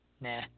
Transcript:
Nah